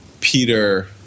Peter